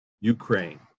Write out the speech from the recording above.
Ukraine